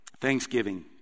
Thanksgiving